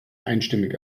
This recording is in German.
einstimmig